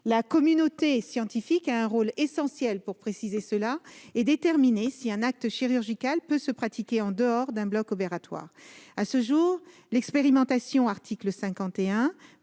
la communauté scientifique est essentiel pour préciser ces évolutions et déterminer si un acte chirurgical peut se pratiquer en dehors d'un bloc opératoire. À ce jour, l'expérimentation fondée